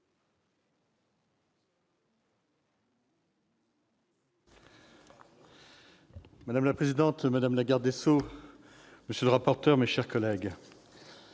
Madame la présidente, madame la garde des sceaux, monsieur le rapporteur, mes chers collègues,